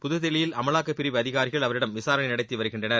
புதுதில்லியில் அமலாக்கப் பிரிவு அதிகாரிகள் அவரிடம் விசாரணை நடத்தி வருகின்றனர்